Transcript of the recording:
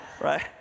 Right